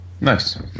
Nice